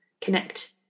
connect